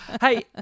Hey